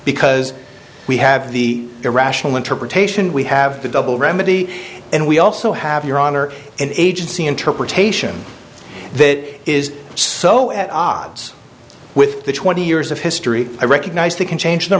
because we have the irrational interpretation we have the double remedy and we also have your honor and agency interpretation that is so at odds with the twenty years of history i recognize they can change their